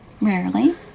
Rarely